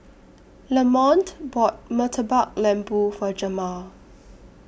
Lamont bought Murtabak Lembu For Jemal